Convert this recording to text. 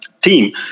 team